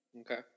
Okay